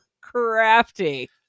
crafty